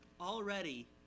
Already